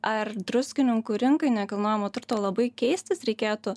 ar druskininkų rinkai nekilnojamo turto labai keistis reikėtų